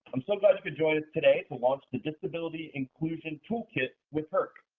i'm so glad you could join us today to launch the disability inclusion toolkit with herc.